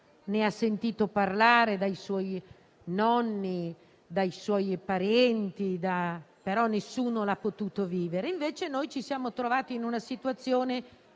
ne ha sentito parlare dai suoi nonni, dai suoi parenti, ma nessuno l'ha potuta vivere. Invece, noi ci siamo trovati in una situazione